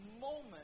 moment